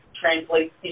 translates